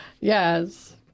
Yes